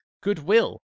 goodwill